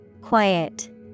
Quiet